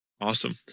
Awesome